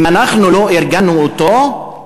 אם אנחנו לא ארגנו אותו,